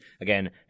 again